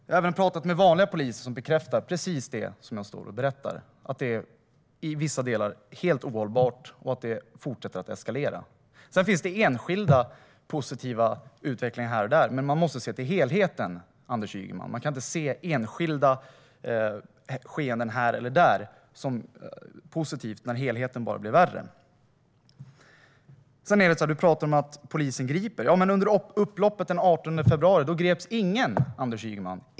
Jag har även pratat med vanliga poliser som bekräftar precis det som jag står här och berättar: att det i vissa delar är helt ohållbart och att det fortsätter att eskalera. Det går att se en positiv utveckling i enskilda fall här och där, men man måste se till helheten, Anders Ygeman. Man kan inte se enskilda skeenden här eller där som något positivt när helheten bara blir värre. Du pratar om att polisen gör gripanden. Men under upploppet den 18 februari greps ingen, Anders Ygeman.